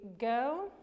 go